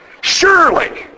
surely